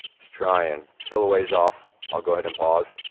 it's tryin', still a ways off, i'll go head and pause.